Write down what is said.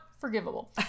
Forgivable